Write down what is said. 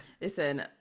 Listen